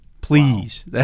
Please